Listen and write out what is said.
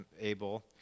able